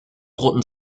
roten